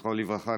זכרו לברכה,